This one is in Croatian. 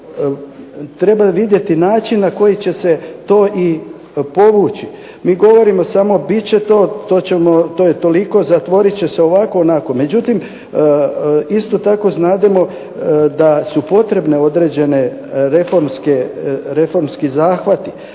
Treba vidjeti način na koji će se to i povući. Mi govorimo samo bit će to, to je toliko, zatvorit će se ovako, onako. Međutim, isto tako znademo da su potrebne određeni reformski zahvati.